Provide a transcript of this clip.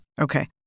Okay